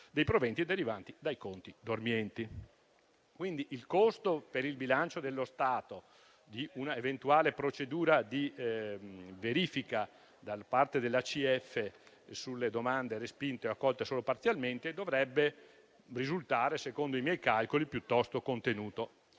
dei proventi derivanti dai conti dormienti. Quindi, il costo per il bilancio dello Stato di un'eventuale procedura di verifica dal parte dell'ACF sulle domande respinte o accolte solo parzialmente dovrebbe risultare, secondo i miei calcoli, piuttosto contenuto.